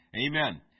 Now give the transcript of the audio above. Amen